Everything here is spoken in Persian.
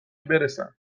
برسن